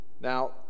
Now